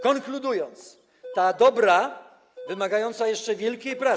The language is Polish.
Konkludując, ta dobra, wymagająca jeszcze wielkiej pracy.